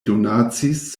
donacis